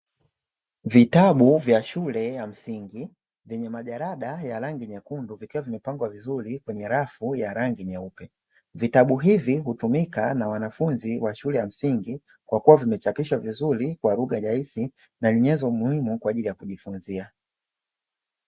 Vitabu vya shule ya msingi, vyenye majalada ya rangi nyekundu vikiwa vimepangwa vizuri kwenye rafu ya rangi nyeupe. Vitabu hivi hutumika na wanafunzi wa shule ya msingi kwa kuwa vimechapishwa vizuri kwa lugha rahisi na ni nyenzo muhimu kwa ajili ya kujifunzia.